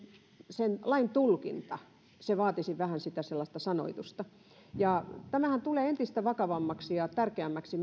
sen lain tulkinta vaatisi vähän sellaista sanoitusta tämä lainsäädännön perkaaminen ja sanoittaminen ja tulkintahan tulee meille entistä vakavammaksi ja tärkeämmäksi